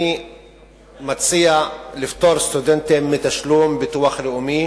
אני מציע לפטור סטודנטים מתשלום ביטוח לאומי.